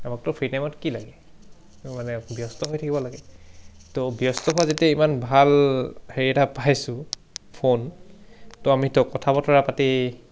আমাকতো ফ্ৰী টাইমত কি লাগে মানে ব্যস্ত হৈ থাকিব লাগে তো ব্যস্ত হোৱা যেতিয়া ইমান ভাল হেৰি এটা পাইছোঁ ফোন তো আমিতো কথা বতৰা পাতি